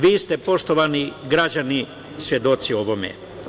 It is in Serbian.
Vi ste, poštovani građani, svedoci ovome.